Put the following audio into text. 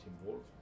involved